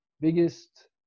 biggest